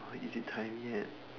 is it time ya